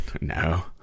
No